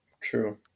true